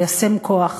ליישם כוח,